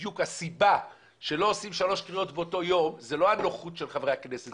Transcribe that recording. הסיבה שלא עושים שלוש קריאות באותו יום היא לא נוחות חברי הכנסת,